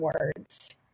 words